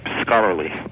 scholarly